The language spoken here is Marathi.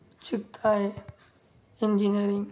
शिकत आहे इंजिनीअरिंग